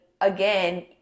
Again